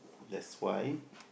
that's why